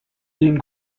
den